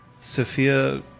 Sophia